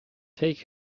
take